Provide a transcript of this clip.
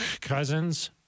Cousins